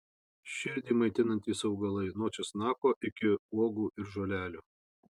širdį maitinantys augalai nuo česnako iki uogų ir žolelių